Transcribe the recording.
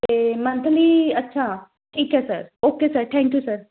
ਅਤੇ ਮੰਥਲੀ ਅੱਛਾ ਠੀਕ ਹੈ sir okay sir thank you sir